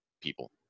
people